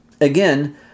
Again